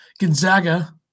Gonzaga